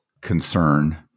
concern